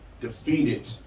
defeated